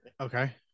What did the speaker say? Okay